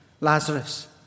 Lazarus